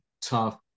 tough